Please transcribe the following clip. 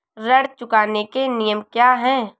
ऋण चुकाने के नियम क्या हैं?